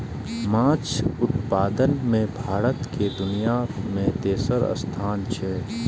माछ उत्पादन मे भारत के दुनिया मे तेसर स्थान छै